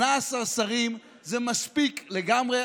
18 שרים זה מספיק לגמרי.